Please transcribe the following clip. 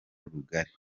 rugari